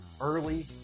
early